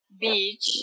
beach